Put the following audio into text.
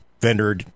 vendor